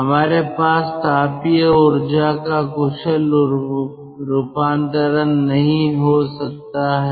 हमारे पास तापीय ऊर्जा का कुशल रूपांतरण नहीं हो सकता है